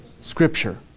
Scripture